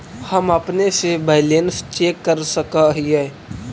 हम अपने से बैलेंस चेक कर सक हिए?